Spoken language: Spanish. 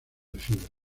fibras